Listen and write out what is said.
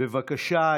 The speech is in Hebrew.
בבקשה.